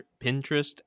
Pinterest